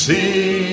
See